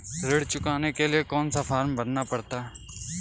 ऋण चुकाने के लिए कौन सा फॉर्म भरना पड़ता है?